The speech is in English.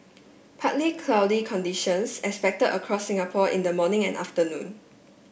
partly cloudy conditions expected across Singapore in the morning and afternoon